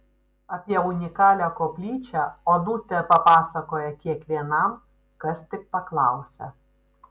apie unikalią koplyčią onutė papasakoja kiekvienam kas tik paklausia